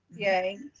yay.